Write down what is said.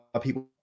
people